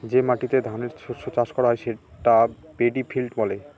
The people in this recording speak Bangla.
যে মাটিতে ধানের শস্য চাষ করা হয় সেটা পেডি ফিল্ড বলে